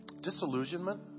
Disillusionment